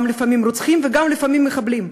לפעמים גם רוצחים ולפעמים גם מחבלים.